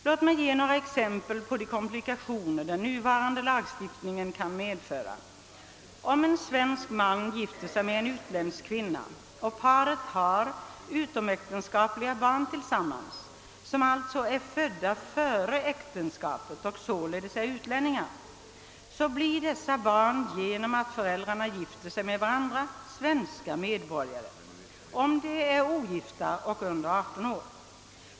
Låt mig ge några exempel på de komplikationer den nuvarande lagstiftningen kan medföra. Om en svensk man gifter sig med en utländsk kvinna och paret har utomäktenskapliga barn tillsamman — som alltså är födda före äktenskapets ingående och således är utlänningar — blir dessa barn, genom att föräldrarna gifter sig med varandra svenska medborgare om de är ogifta och under 18 år.